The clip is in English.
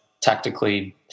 tactically